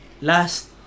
last